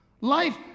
Life